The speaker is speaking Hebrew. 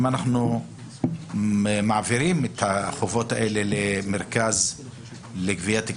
אם אנחנו מעבירים את החובות האלה למרכז לגביית קנסות,